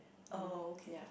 oh okay